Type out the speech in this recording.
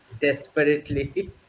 desperately